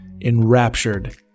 enraptured